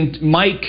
Mike